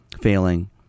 failing